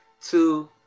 two